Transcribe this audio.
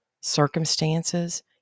circumstances